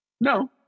no